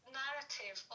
narrative